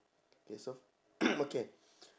K so okay